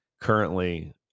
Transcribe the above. Currently